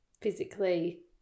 physically